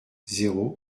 zéro